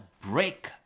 break